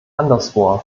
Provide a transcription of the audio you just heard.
anderswo